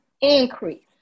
increase